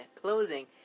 Closing